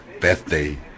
birthday